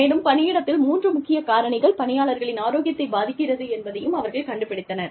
மேலும் பணியிடத்தில் மூன்று முக்கிய காரணிகள் பணியாளர்களின் ஆரோக்கியத்தை பாதிக்கிறது என்பதையும் அவர்கள் கண்டுபிடித்தனர்